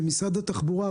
משרד התחבורה,